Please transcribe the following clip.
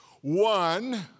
One